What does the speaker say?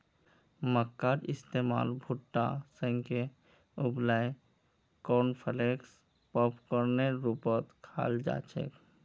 मक्कार इस्तमाल भुट्टा सेंके उबलई कॉर्नफलेक्स पॉपकार्नेर रूपत खाल जा छेक